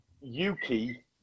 Yuki